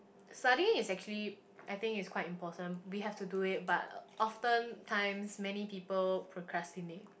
studying is actually I think it's quite important we have to do it but often times many people procrastinate